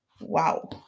wow